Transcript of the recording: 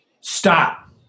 stop